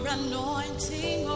anointing